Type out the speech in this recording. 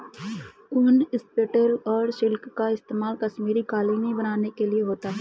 ऊन, स्टेपल और सिल्क का इस्तेमाल कश्मीरी कालीन बनाने के लिए होता है